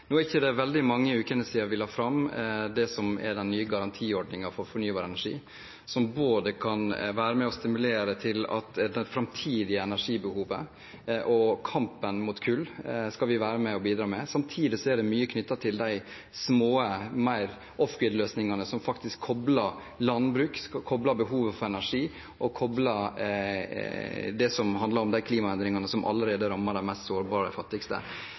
Nå er det ikke veldig mange ukene siden vi la fram det som er den nye garantiordningen for fornybar energi, som både kan være med og stimulere opp mot det framtidige energibehovet og kampen mot kull – der skal vi være med og bidra. Samtidig er det mye knyttet til de små, mer off-grid-løsningene, som kobler landbruk, behovet for energi og det som handler om de klimaendringene som allerede rammer de mest sårbare og fattigste.